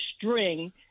string